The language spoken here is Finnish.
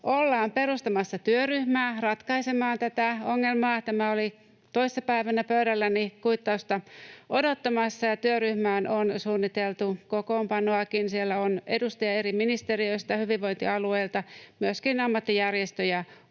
ollaan perustamassa työryhmää ratkaisemaan tätä ongelmaa. Tämä oli toissa päivänä pöydälläni kuittausta odottamassa, ja työryhmään on suunniteltu kokoonpanoakin. Siellä on edustajia eri ministeriöistä, hyvinvointialueilta, myöskin ammattijärjestöjä kuullaan,